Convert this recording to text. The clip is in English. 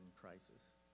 crisis